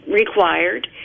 required